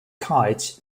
kites